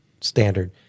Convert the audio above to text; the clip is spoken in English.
standard